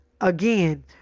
again